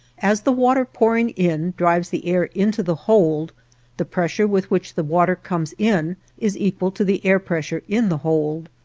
as the water pouring in drives the air into the hold the pressure with which the water comes in is equal to the air pressure in the hold.